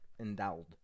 Endowed